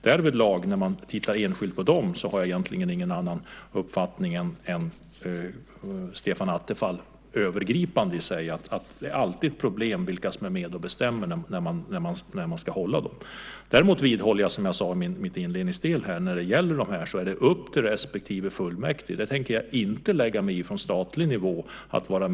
Därvidlag, när man tittar enskilt på dem, har jag egentligen ingen annan uppfattning än Stefan Attefall övergripande i sig. Det är alltid problem med vilka som är med och bestämmer när man ska hålla lokala folkomröstningar. Som jag sade i min inledningsdel är det upp till respektive fullmäktige när det gäller de kommunala folkomröstningarna.